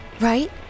right